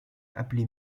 appelée